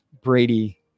Brady